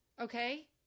okay